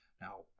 Now